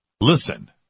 listen